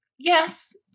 yes